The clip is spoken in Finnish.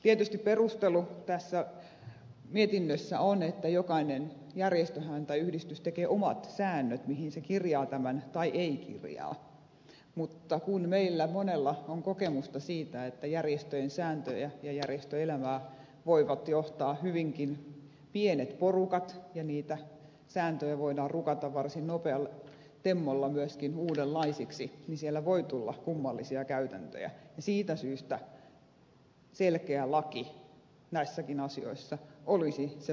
tietysti perustelu tässä mietinnössä on että jokainen järjestöhän tai yhdistys tekee omat säännöt mihin se kirjaa tämän tai ei kirjaa mutta kun meillä monella on kokemusta siitä että järjestöjen sääntöjä ja järjestöelämää voivat johtaa hyvinkin pienet porukat ja niitä sääntöjä voidaan rukata varsin nopealla temmolla myöskin uudenlaisiksi niin siellä voi tulla kummallisia käytäntöjä ja siitä syystä selkeä laki näissäkin asioissa olisi se paras turva